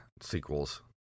sequels